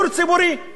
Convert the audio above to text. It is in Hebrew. מגיע לנו.